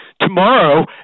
Tomorrow